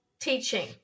teaching